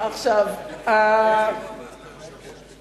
והם צועקים.